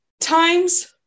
Times